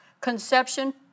Conception